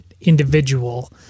individual